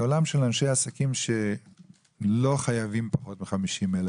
זה עולם של אנשי עסקים שלא חייבים פחות מ-50,000.